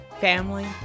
family